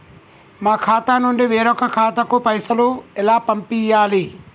మా ఖాతా నుండి వేరొక ఖాతాకు పైసలు ఎలా పంపియ్యాలి?